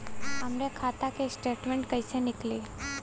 हमरे खाता के स्टेटमेंट कइसे निकली?